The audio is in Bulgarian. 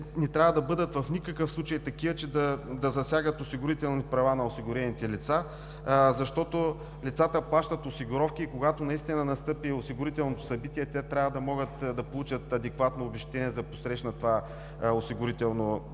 не трябва да бъдат такива, че да засягат осигурителните права на осигурените лица, защото лицата плащат осигуровки и когато наистина настъпи осигурителното събитие, те трябва да могат да получат адекватно обезщетение, за да посрещнат това осигурително събитие.